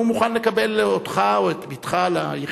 אם הוא מוכן לקבל אותך או את בתך ליחידה.